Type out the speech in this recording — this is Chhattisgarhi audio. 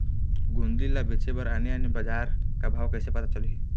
गोंदली ला बेचे बर आने आने बजार का भाव कइसे पता चलही?